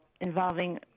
involving